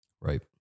Right